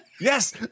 Yes